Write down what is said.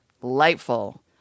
delightful